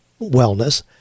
wellness